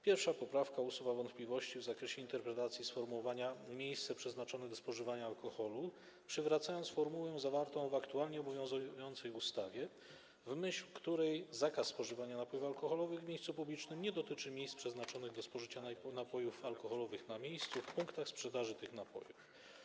Pierwsza poprawka usuwa wątpliwości w zakresie interpretacji sformułowania „miejsce przeznaczone do spożywania alkoholu”, przywracając formułę zawartą w aktualnie obowiązującej ustawie, w myśl której zakaz spożywania napojów alkoholowych w miejscu publicznym nie dotyczy miejsc przeznaczonych do spożycia napojów alkoholowych na miejscu, w punktach sprzedaży tych napojów.